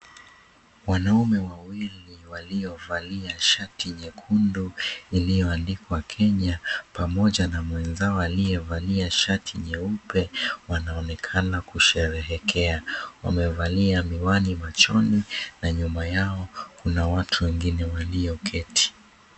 Wanaume wawili waliovalia shati nyekundu iliyoandikwa Kenya pamoja na mwenzao aliyevalia shati nyeupe wanaonekana kusherehekea. Wamevalia miwani machoni, na nyuma yao kuna watu wengine walioketi.